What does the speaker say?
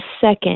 second